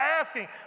asking